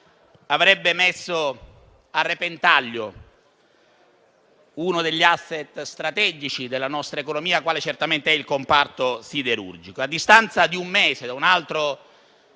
avrebbe messo a repentaglio uno degli *asset* strategici della nostra economia quale certamente è il comparto siderurgico. A distanza di un mese da un altro